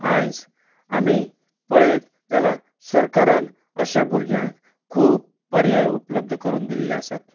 आयज आमी पळयत जाल्यार सरकारान अशा भुरग्यांक खूब पर्याय उपलब्ध करून दिल्ले आसात